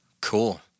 Cool